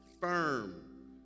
firm